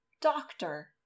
doctor